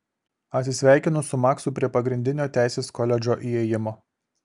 atsisveikinu su maksu prie pagrindinio teisės koledžo įėjimo